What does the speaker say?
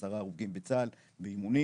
10 הרוגים בצה"ל באימונים,